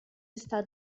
está